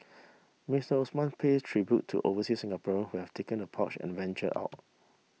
Mister Osman paid tribute to oversea Singapore who have taken the plunge and venture out